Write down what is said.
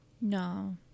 no